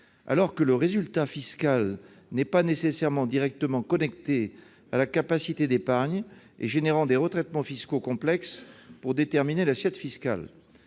alors que le résultat fiscal n'est pas nécessairement directement connecté à la capacité d'épargne, générant des retraitements fiscaux complexes pour déterminer l'assiette fiscale.